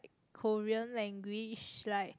Korean language like